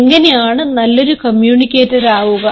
എങ്ങനെയാണു നല്ലൊരു കമ്മ്യൂണിക്കേറ്റർ ആകുക